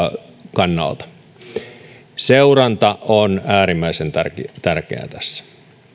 kannalta seuranta on äärimmäisen tärkeää tässä